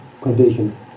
Condition